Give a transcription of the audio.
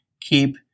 keep